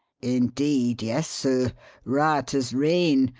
indeed, yes, sir right as rain.